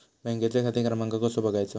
बँकेचो खाते क्रमांक कसो बगायचो?